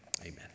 Amen